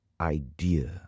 idea